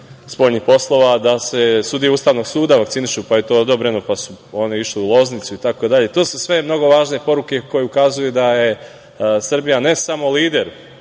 spoljnih poslova da se sudije Ustavnog suda vakcinišu, pa je to odobreno, pa su oni išli u Loznicu itd. To su sve mnogo važne poruke koje ukazuju da je Srbija, ne samo lider